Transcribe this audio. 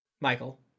Michael